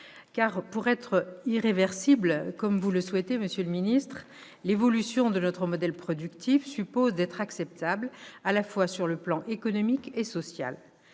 Car pour être irréversible, comme vous le souhaitez, monsieur le ministre d'État, l'évolution de notre modèle productif suppose d'être acceptable à la fois sur le plan économique et social.